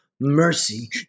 mercy